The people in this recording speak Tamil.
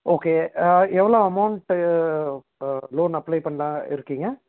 ஓகே எவ்வளோ அமௌண்ட் லோன் அப்ளை பண்ணலான்னு இருக்கிங்க